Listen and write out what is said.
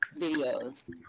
videos